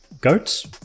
Goats